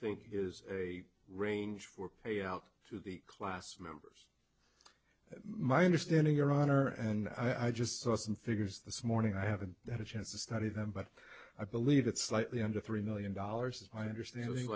think is a range for payout to the class members my understanding your honor and i just saw some figures this morning i haven't had a chance to study them but i believe it's slightly under three million dollars is my understanding